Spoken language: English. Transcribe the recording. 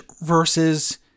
versus